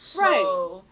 Right